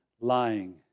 lying